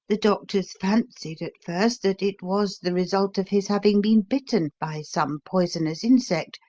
the doctors fancied at first that it was the result of his having been bitten by some poisonous insect,